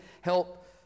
help